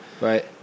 Right